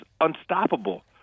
unstoppable